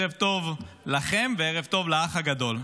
ערב טוב לכם וערב טוב לאח הגדול,